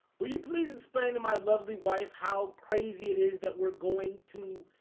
will you please explain to my lovely wife how crazy it is that we're going to?